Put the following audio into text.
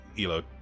elo